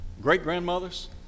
Great-grandmothers